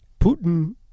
Putin